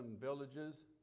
villages